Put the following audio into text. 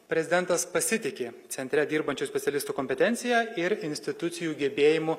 prezidentas pasitiki centre dirbančių specialistų kompetencija ir institucijų gebėjimu